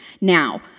Now